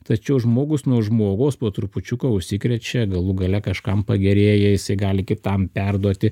tačiau žmogus nuo žmogaus po trupučiuką užsikrečia galų gale kažkam pagerėja jisai gali kitam perduoti